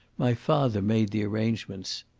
my father made the arrangements.